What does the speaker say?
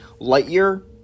Lightyear